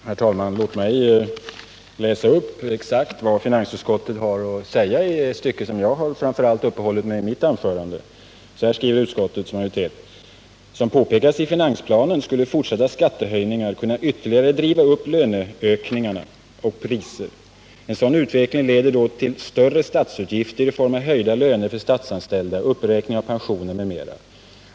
Herr talman! Låt mig läsa upp exakt vad finansutskottet har att säga i det stycke som jag framför allt uppehållit mig vid i mitt anförande. Så här skriver utskottets majoritet: ”Som påpekas i finansplanen skulle fortsatta skattehöjningar kunna ytterligare driva upp löneökningar och priser. En sådan utveckling leder då också till större statsutgifter i form av höjda löner för statsanställda, uppräkning av pensioner m.m.